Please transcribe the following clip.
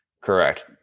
Correct